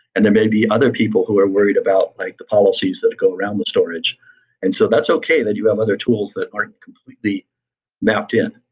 and then maybe other people who are worried about the like policies that go around the storage and so that's okay that you have other tools that aren't completely mapped in.